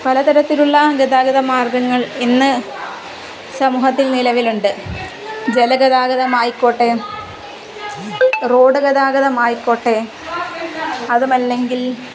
പലതരത്തിലുള്ള ഗതാഗതമാർഗ്ഗങ്ങൾ ഇന്ന് സമൂഹത്തിൽ നിലവിലുണ്ട് ജലഗതാഗതമായിക്കോട്ടെ റോഡ് ഗതാഗതമായിക്കോട്ടെ അതുമല്ലെങ്കിൽ